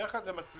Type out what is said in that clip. בדרך כלל זה מצליח.